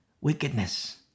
wickedness